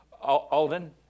Alden